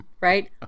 right